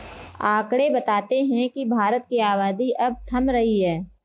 आकंड़े बताते हैं की भारत की आबादी अब थम रही है